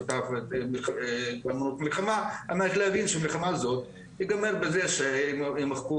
על מנת להבין שהמלחמה הזאת תיגמר בזה שימחקו